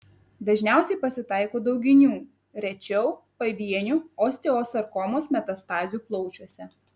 dažniausiai pasitaiko dauginių rečiau pavienių osteosarkomos metastazių plaučiuose